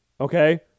okay